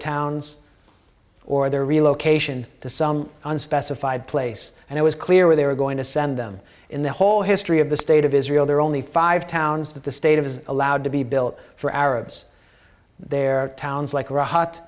towns or their relocation to some unspecified place and it was clear where they were going to send them in the whole history of the state of israel there are only five towns that the state of is allowed to be built for arabs there are towns like